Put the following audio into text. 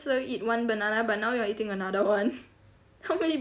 saw you eat one banana but now you are eating another one how many